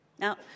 Now